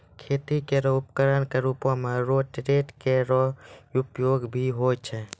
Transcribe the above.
खेती केरो उपकरण क रूपों में रोटेटर केरो उपयोग भी होय छै